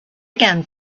again